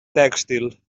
tèxtil